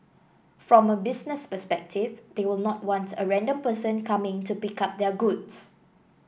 from a business perspective they will not want a random person coming to pick up their goods